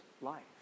life